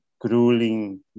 grueling